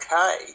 okay